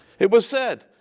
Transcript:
it was said,